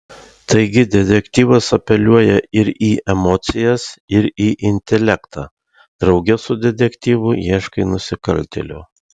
taigi detektyvas apeliuoja ir į emocijas ir į intelektą drauge su detektyvu ieškai nusikaltėlio